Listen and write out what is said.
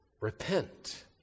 Repent